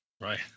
Right